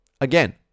again